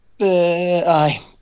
Aye